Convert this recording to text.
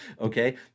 okay